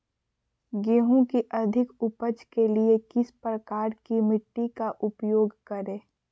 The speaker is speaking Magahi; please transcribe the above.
गेंहू की अधिक उपज के लिए किस प्रकार की मिट्टी का उपयोग करे?